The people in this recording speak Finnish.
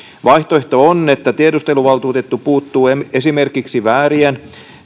vaihtoehto on että tiedusteluvaltuutettu puuttuu esimerkiksi väärien